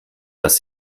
dass